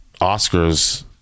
Oscars